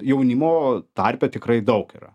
jaunimo tarpe tikrai daug yra